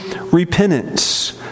repentance